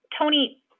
Tony